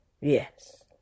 Yes